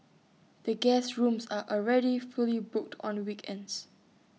the guest rooms are already fully booked on weekends